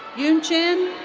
yun-chin